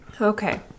Okay